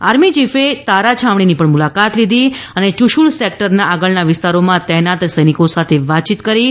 army ચીફે તારા છાવણીની પણ મુલાકાત લીધી હતી અને યૂશુલ સેક્ટરના આગળના વિસ્તારોમાં તૈનાત સૈનિકો સાથે વાતયીત કરી હતી